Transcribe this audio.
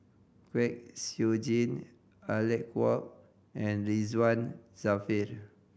Kwek Siew Jin Alec Kuok and Ridzwan Dzafir